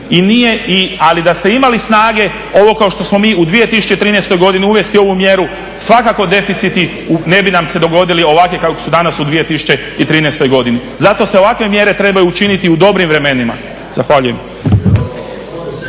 ali da ste imali snage, ovo kao što smo mi u 2013. godini uvesti ovu mjeru, svakako deficiti, ne bi nam se dogodili ovakvi kao što su danas u 2013. godini. Zato se ovakve mjere trebaju učiniti u dobrim vremenima. Zahvaljujem.